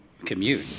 commute